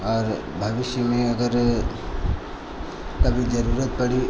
और भविष्य में अगर कभी जरुरत पड़ी